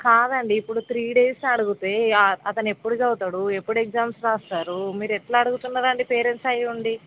కాదండీ ఇప్పుడు three days అడిగితే అతను ఎప్పుడు చదువుతాడు ఎప్పుడు ఎగ్జామ్స్ వ్రాస్తారు మీరు ఎట్లా అడుగుతున్నారు అండి పేరెంట్స్ అయ్యి ఉండి